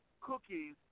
cookies